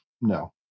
no